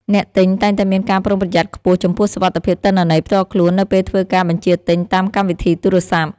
អ្នកទិញតែងតែមានការប្រុងប្រយ័ត្នខ្ពស់ចំពោះសុវត្ថិភាពទិន្នន័យផ្ទាល់ខ្លួននៅពេលធ្វើការបញ្ជាទិញតាមកម្មវិធីទូរស័ព្ទ។